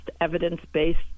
evidence-based